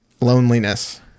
loneliness